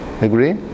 Agree